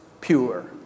pure